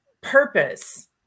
purpose